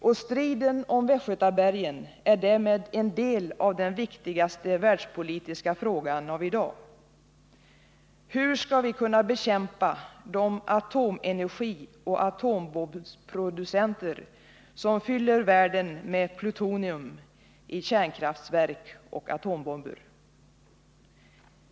Och striden om Västgötabergen är därmed en del av den viktigaste världspolitiska frågan av i dag! Hur skall vi kunna bekämpa de atomenergioch atombombsproducenter som fyller världen med plutonium i kärnkraft och atombomber?